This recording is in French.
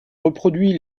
reproduit